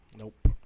Nope